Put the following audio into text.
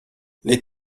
les